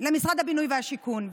למשרד הבינוי והשיכון.